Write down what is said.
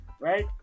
Right